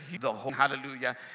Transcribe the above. hallelujah